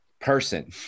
person